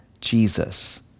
Jesus